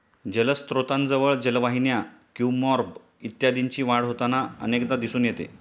जलस्त्रोतांजवळ जलवाहिन्या, क्युम्पॉर्ब इत्यादींची वाढ होताना अनेकदा दिसून येते